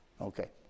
Okay